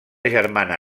germana